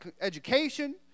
education